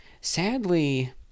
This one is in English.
Sadly